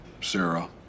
Sarah